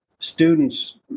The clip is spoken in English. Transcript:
Students